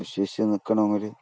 വിശ്വസിച്ച് നിൽക്കണമെങ്കിൽ